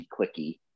clicky